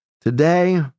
Today